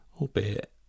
Albeit